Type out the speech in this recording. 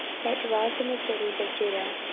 that dwelt in the cities of judah,